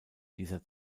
dieser